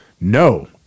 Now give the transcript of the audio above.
No